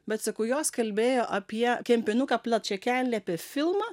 bet sakau jos kalbėjo apie kempinuką plačiakelnį apie filmą